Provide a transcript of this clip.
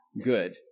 good